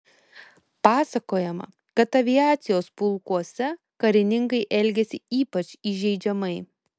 pasakojama kad aviacijos pulkuose karininkai elgėsi ypač įžeidžiamai